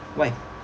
why